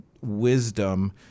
wisdom